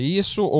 isso